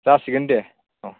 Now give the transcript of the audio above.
जासिगोन दे औ